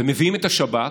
ומביאים את השב"כ.